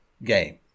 Game